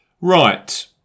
Right